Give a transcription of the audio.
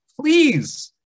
please